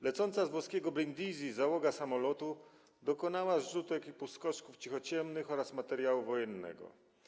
Lecąca z włoskiego Brindisi załoga samolotu dokonała zrzutu ekipy skoczków cichociemnych oraz materiału wojennego.